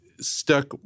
stuck